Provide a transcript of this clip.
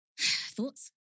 Thoughts